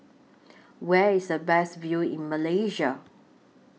Where IS The Best View in Malaysia